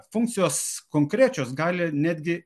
funkcijos konkrečios gali netgi